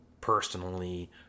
personally